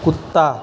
कुत्ता